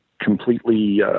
completely –